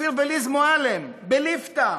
אופיר וליז מועלם, בליפתא,